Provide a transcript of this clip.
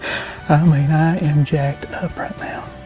ah mean i am jacked up right now.